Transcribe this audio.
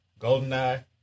Goldeneye